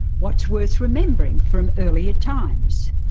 what's worth remembering from earlier times.